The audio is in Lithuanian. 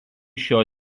šio